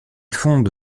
fonde